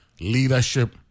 leadership